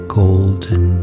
golden